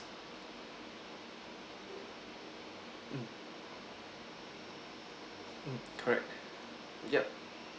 mm mm correct yup